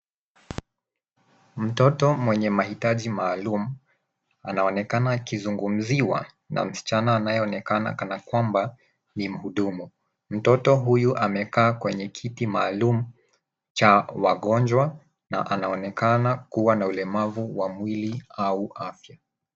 Mtoto mwenye mahitaji maalum anaonekana akizungumziwa na msichana anayeonekana kana kwamba ni mhudumu. Mtoto huyu amekaa kwenye kiti maalum cha wagonjwa na anaonekana kuwa na ulemavu wa mwili au afya.